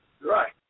Right